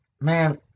man